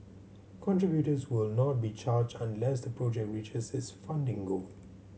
contributors will not be charged unless the project reaches its funding goal